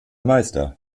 meister